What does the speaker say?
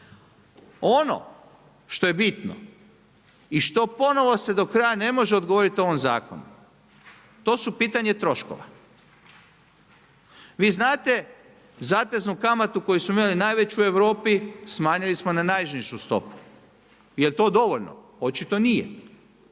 Ono što je bitno i što ponovno se do kraja ne može odgovoriti ovom zakonu, to su pitanje troškova. Vi znate, zateznu kamatu koju smo imali najveću u Europi, smanjili smo na najnižu stopu. Jel to dovoljno? Očito nije.